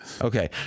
Okay